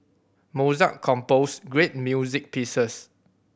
Mozart composed great music pieces